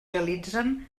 realitzen